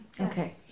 okay